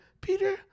Peter